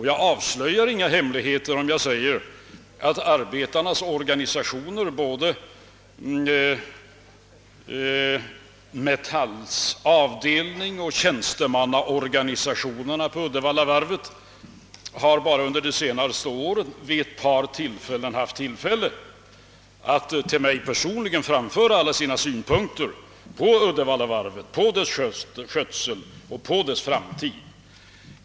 Jag avslöjar inga hemligheter om jag säger, att arbetarnas organisationer, både Metalls avdelning och tjänstemannaorganisationerna på Uddevallavarvet, har enbart under de senaste åren vid ett par tillfällen haft möjlighe ter att till mig personligen framföra sina synpunkter på Uddevallavarvet, på dess skötsel och på dess framtid.